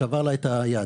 שבר לה את היד.